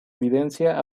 evidencia